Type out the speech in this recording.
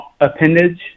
appendage